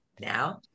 now